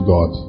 God